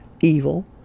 evil